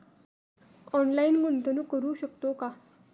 Online गुंतवणूक करू शकतो का?